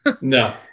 No